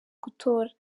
gutora